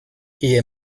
ehe